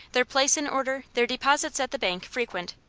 their place in order, their deposits at the bank frequent.